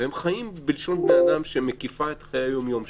והם חיים בלשון בני אדם שמקיפה את חיי היומיום שלהם.